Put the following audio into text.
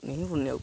ହେ ମୁଁ ଭୁଲିଯାଉଛି